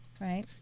right